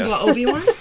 Obi-Wan